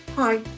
Hi